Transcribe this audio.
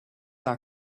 are